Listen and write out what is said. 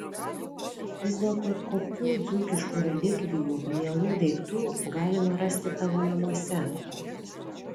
vis dėlto kokių dzūkiškų relikvijų mielų daiktų galima rasti tavo namuose